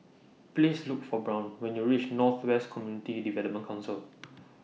Please Look For Brown when YOU REACH North West Community Development Council